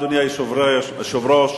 אדוני היושב-ראש,